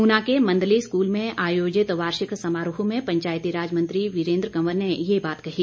ऊना के मंदली स्कूल में आयोजित वार्षिक समारोह में पंचायतीराज मंत्री वीरेंद्र कंवर ने ये बात कही